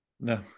No